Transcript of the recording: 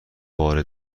بار